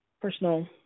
personal –